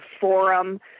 forum